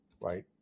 right